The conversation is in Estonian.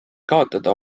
kaotada